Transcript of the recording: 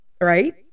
right